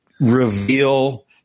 reveal